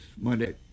Monday